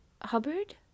Hubbard